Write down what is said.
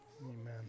Amen